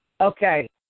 Okay